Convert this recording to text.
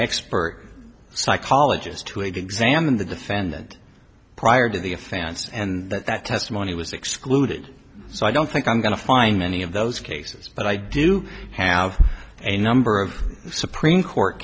expert psychologist to examine the defendant prior to the a fans and that that testimony was excluded so i don't think i'm going to find many of those cases but i do have a number of supreme court